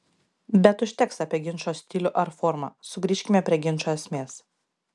bet užteks apie ginčo stilių ar formą sugrįžkime prie ginčo esmės